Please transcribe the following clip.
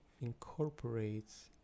incorporates